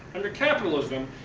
under capitalism,